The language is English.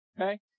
Okay